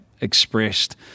expressed